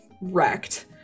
wrecked